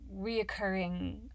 reoccurring